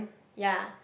ya